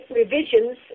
revisions